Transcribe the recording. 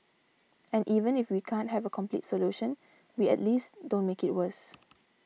and even if we can't have a complete solution we at least don't make it worse